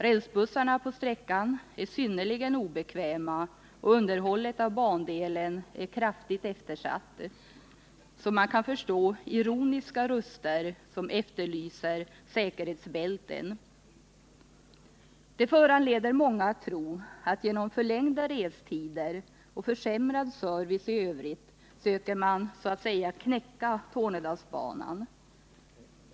Rälsbussarna på sträckan är synnerligen obekväma, och underhållet av bandelen är kraftigt eftersatt — så man kan förstå ironiska röster som efterlyser säkerhetsbälten. Det föranleder många att tro att genom förlängda restider och försämrad service i övrigt söker man så att säga ”knäcka” Tornedalsbanan.